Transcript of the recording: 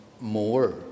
more